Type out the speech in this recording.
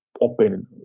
open